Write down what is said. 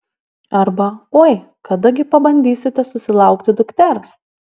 arba oi kada gi pabandysite susilaukti dukters